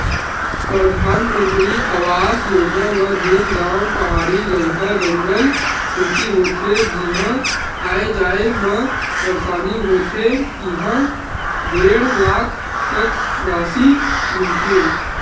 परधानमंतरी आवास योजना म जेन गाँव पहाड़ी जघा, जंगल कोती होथे जिहां आए जाए म परसानी होथे तिहां डेढ़ लाख तक रासि मिलथे